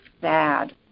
sad